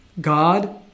God